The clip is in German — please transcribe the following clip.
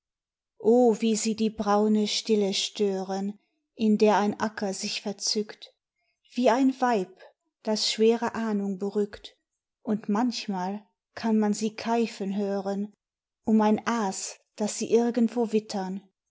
o wie sie die braune stille stören in der ein acker sich verzückt wie ein weib das schwere ahnung berückt und manchmal kann man sie keifen hören um ein aas das sie irgendwo wittern